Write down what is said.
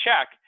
check